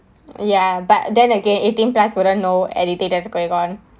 ya but then again eighteen plus wouldn't know anything that is going on